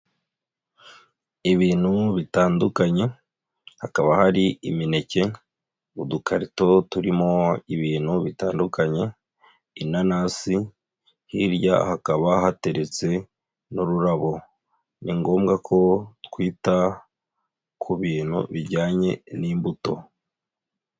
Ibintu bitandukanye, hakaba hari imineke, udukarito turimo ibintu bitandukanye, inanasi, hirya hakaba hateretse n'ururabo. Ni ngombwa ko twita ku bintu bijyanye n'imbuto.